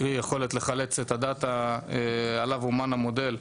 קרי יכולת לחלץ את הדאטה עליו אומן המודל,